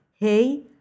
Hey